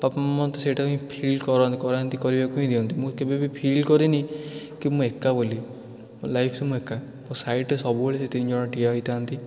ବାପା ମା' ତ ସେଇଟାକୁ ହଁ ଫିଲ୍ କରନ୍ତି କରାନ୍ତି କରିବାକୁ ହିଁ ଦିଅନ୍ତି ମୁଁ କେବେବି ଫିଲ୍ କରିନି କି ମୁଁ ଏକା ବୋଲି ମୋ ଲାଇଫ୍ରେ ମୁଁ ଏକା ମୋ ସାଇଟ୍ରେ ସେ ତିନିଜଣ ସବୁବେଳେ ଠିଆ ହେଇଥାନ୍ତି